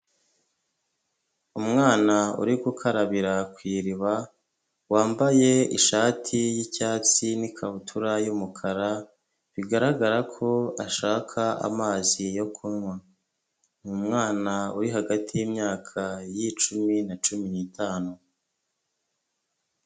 Umwana uri gukarabira ku iriba wambaye ishati y'icyatsi n'ikabutura y'umukara bigaragara ko ashaka amazi yo kunywa, ni umwana uri hagati y'imyaka y'icumi na cumi n'itanu.